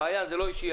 מעיין זה לא אישי,